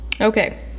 Okay